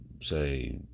say